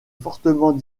fortement